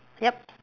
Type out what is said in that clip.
yup